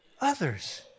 others